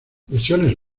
lesiones